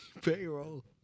payroll